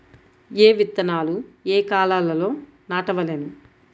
ఏ విత్తనాలు ఏ కాలాలలో నాటవలెను?